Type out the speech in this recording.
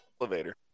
elevator